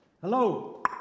Hello